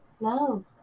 No